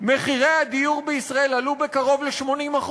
מחירי הדיור בישראל עלו בקרוב ל-80%.